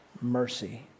mercy